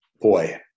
boy